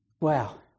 wow